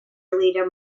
leader